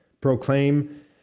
proclaim